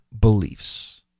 beliefs